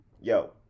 Yo